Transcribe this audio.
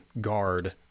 guard